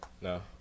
No